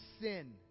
sin